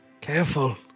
Careful